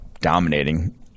dominating